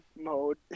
mode